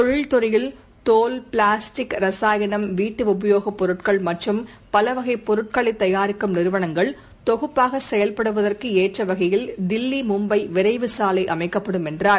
தொழில் துறையில் தோல் பிளாஸ்டிக் ரசாயணம் வீட்டுஉபயோகபொருட்கள் மற்றும் பலவகைப் பொருட்களைதயாரிக்கும் நிறுவளங்கள் தொகுப்பாகசெயல்படுவதற்குஏற்றவகையில் தில்லிமும்பவிரைவுச் சாலைஅமைக்கப்படும் என்றார்